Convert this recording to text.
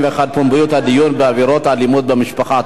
71) (פומביות הדיון בעבירות אלימות במשפחה),